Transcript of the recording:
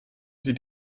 sie